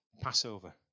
Passover